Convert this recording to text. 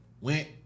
went